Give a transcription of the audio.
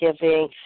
giving